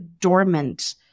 dormant